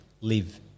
live